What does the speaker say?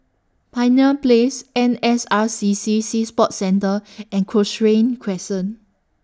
Pioneer Place N S R C C Sea Sports Centre and Cochrane Crescent